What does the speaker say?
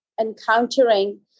encountering